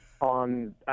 on